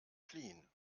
fliehen